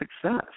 success